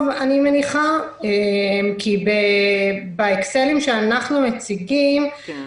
אני מניחה כי באקסלים שאנחנו מציגים שוב,